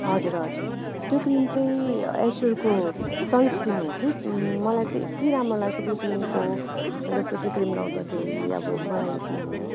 हजुर हजुर त्यो क्रिम चाहिँ एस्युरको सन्सक्रिम हो कि मलाई चाहिँ यति राम्रो लाग्छ त्यो क्रिमको जस्तो त्यो क्रिम लाउँदाखेरि अब मलाई